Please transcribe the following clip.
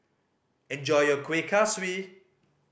enjoy your Kuih Kaswi